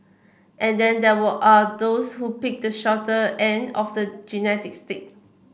and then there were are those who picked the shorter end of the genetic stick